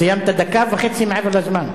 סיימת דקה וחצי מעבר לזמן.